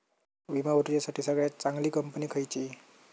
विमा भरुच्यासाठी सगळयात चागंली कंपनी खयची?